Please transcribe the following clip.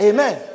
Amen